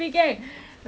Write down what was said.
!wow!